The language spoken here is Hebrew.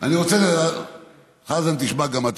אני רוצה, חזן, תשמע גם אתה.